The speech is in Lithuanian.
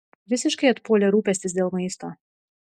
visiškai atpuolė rūpestis dėl maisto